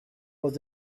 was